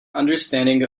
understanding